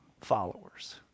followers